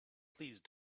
please